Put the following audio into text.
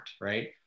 right